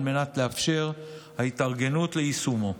על מנת לאפשר התארגנות ליישומו.